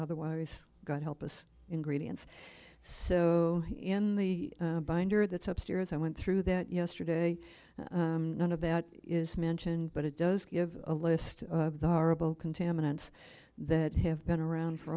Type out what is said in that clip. otherwise god help us ingredients so in the binder that's obscure as i went through that yesterday none of that is mentioned but it does give a list of the horrible contaminants that have been around for